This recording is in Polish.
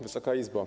Wysoka Izbo!